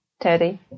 Teddy